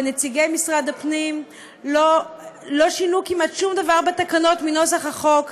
ונציגי משרד הפנים לא שינו כמעט שום דבר בתקנות מנוסח החוק,